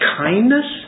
kindness